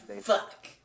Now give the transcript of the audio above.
fuck